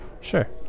Sure